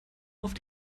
auf